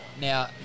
now